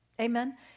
Amen